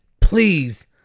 please